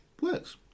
works